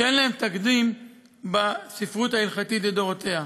שאין להן תקדים בספרות ההלכתית לדורותיה.